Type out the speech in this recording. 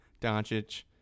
Doncic